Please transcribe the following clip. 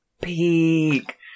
peak